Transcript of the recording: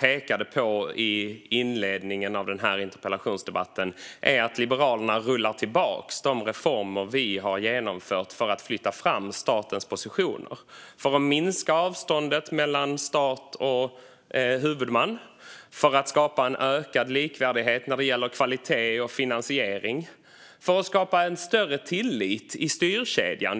pekade jag i inledningen av interpellationsdebatten på att Liberalerna rullar tillbaka de reformer vi har genomfört för att flytta fram statens positioner för att minska avståndet mellan stat och huvudman, för att skapa en ökad likvärdighet när det gäller kvalitet och finansiering och för att skapa en större tillit i styrkedjan.